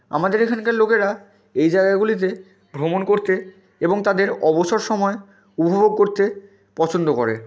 আমাদের এখানকার লোকেরা এই জায়গাগুলিতে ভ্রমণ করতে এবং তাদের অবসর সময় উপভোগ করতে পছন্দ করে